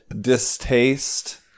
distaste